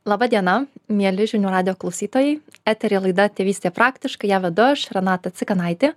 laba diena mieli žinių radijo klausytojai eteryje laida tėvystė praktiškai ją vedu aš renata cikanaitė